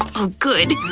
oh good.